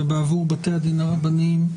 ובעבור בתי הדין הרבניים.